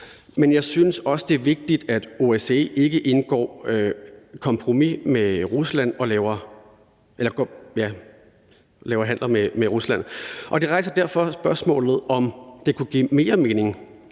men jeg synes også, det er vigtigt, at OSCE ikke indgår kompromiser og laver handler med Rusland. Det rejser derfor spørgsmålet, om det kunne give mere mening